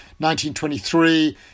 1923